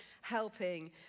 helping